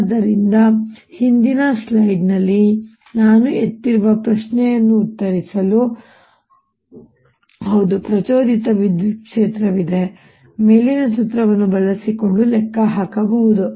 ಆದ್ದರಿಂದ ಹಿಂದಿನ ಸ್ಲೈಡ್ನಲ್ಲಿ ನಾನು ಎತ್ತಿರುವ ಪ್ರಶ್ನೆಗೆ ಉತ್ತರಿಸಲು ಹೌದು ಪ್ರಚೋದಿತ ವಿದ್ಯುತ್ ಕ್ಷೇತ್ರವಿದೆ ಮತ್ತು ಮೇಲಿನ ಸೂತ್ರವನ್ನು ಬಳಸಿಕೊಂಡು ಲೆಕ್ಕ ಹಾಕಬಹುದು